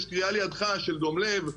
יש קריאה לידך של דום לב',